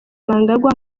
mnangagwa